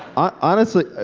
honestly,